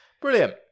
brilliant